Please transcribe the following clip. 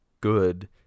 good